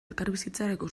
elkarbizitzarako